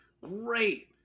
Great